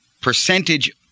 percentage